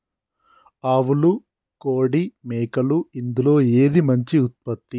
ఆవులు కోడి మేకలు ఇందులో ఏది మంచి ఉత్పత్తి?